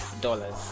dollars